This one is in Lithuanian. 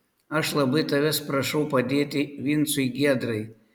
aš labai tavęs prašau padėti vincui giedrai